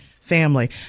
family